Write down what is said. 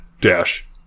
dash